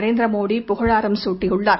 நரேந்திர மோடி புகழாரம் சூட்டியுள்ளார்